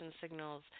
signals